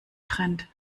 trennt